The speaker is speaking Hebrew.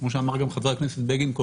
כמו שאמר קודם חבר הכנסת בגין,